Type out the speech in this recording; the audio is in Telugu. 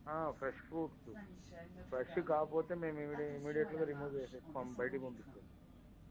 ఫ్రెష్ ఫ్రూట్సు ఫ్రెష్ కాకపోతే మేం ఇమిడి ఇమీడియట్గా రిమూవ్ చేస్తాం బయటకి పంపిస్తాం